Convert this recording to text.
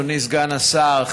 אדוני סגן השר,